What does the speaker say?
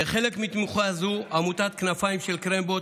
כחלק מתמיכה זו עמותת כנפיים של קרמבו,